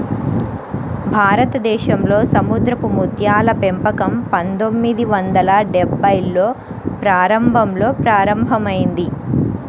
భారతదేశంలో సముద్రపు ముత్యాల పెంపకం పందొమ్మిది వందల డెభ్భైల్లో ప్రారంభంలో ప్రారంభమైంది